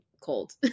cold